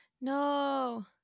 No